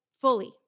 fully